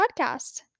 podcast